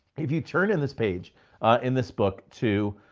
if you turn in this page in this book to,